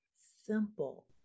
simple